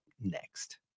next